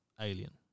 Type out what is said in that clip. alien